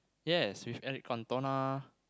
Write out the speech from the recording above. yes which Eric-Cantona